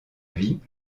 vie